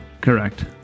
Correct